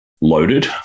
loaded